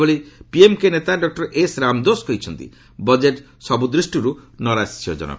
ସେହିଭଳି ପିଏମ୍କେ ନେତା ଡକ୍ଟର ଏସ୍ ରାମଦୋସ କହିଛନ୍ତି ବଜେଟ୍ ସବୁଦୃଷ୍ଟିରୁ ନୈରାଶ୍ୟଜନକ